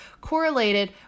correlated